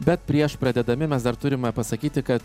bet prieš pradėdami mes dar turime pasakyti kad